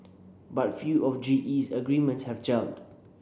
but few of GE's agreements have gelled